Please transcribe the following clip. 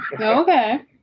Okay